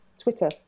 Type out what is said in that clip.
Twitter